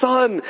Son